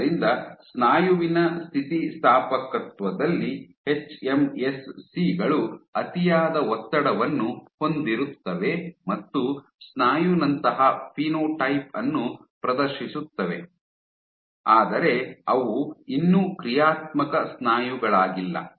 ಆದ್ದರಿಂದ ಸ್ನಾಯುವಿನ ಸ್ಥಿತಿಸ್ಥಾಪಕತ್ವದಲ್ಲಿ ಎಚ್ಎಂಎಸ್ಸಿ ಗಳು ಅತಿಯಾದ ಒತ್ತಡವನ್ನು ಹೊಂದಿರುತ್ತವೆ ಮತ್ತು ಸ್ನಾಯುನಂತಹ ಫಿನೋಟೈಪ್ ಅನ್ನು ಪ್ರದರ್ಶಿಸುತ್ತವೆ ಆದರೆ ಅವು ಇನ್ನೂ ಕ್ರಿಯಾತ್ಮಕ ಸ್ನಾಯುಗಳಾಗಿಲ್ಲ